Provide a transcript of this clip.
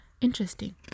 interesting